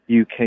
UK